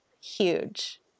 Huge